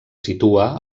situa